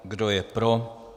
Kdo je pro?